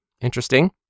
Interesting